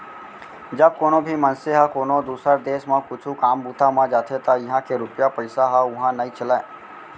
जब कोनो भी मनसे ह कोनो दुसर देस म कुछु काम बूता म जाथे त इहां के रूपिया पइसा ह उहां नइ चलय